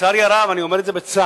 לצערי הרב, אני אומר את זה בצער,